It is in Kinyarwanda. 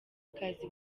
akazi